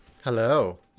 Hello